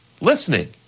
listening